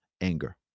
anger